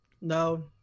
No